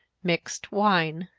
mixed wine.